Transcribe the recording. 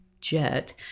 jet